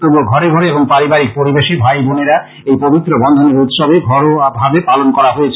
তবুও ঘরে ঘরে এবং পারিবারিক পরিবেশে ভাই বোনের এই পবিত্র বন্ধনের উৎসব ঘরোয়াভাবে পালন করা হয়েছে